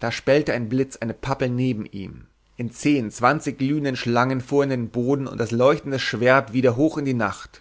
da spellte ein blitz eine pappel neben ihm in zehn zwanzig glühenden schlangen fuhr er in den boden und als leuchtendes schwert wieder hoch in die nacht